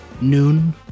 Noon